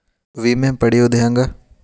ವಿಮೆ ಪಡಿಯೋದ ಹೆಂಗ್?